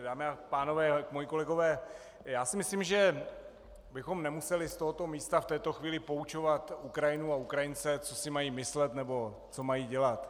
Dámy a pánové, moji kolegové, já si myslím, že bychom nemuseli z tohoto místa v této chvíli poučovat Ukrajinu a Ukrajince, co si mají myslet nebo co mají dělat.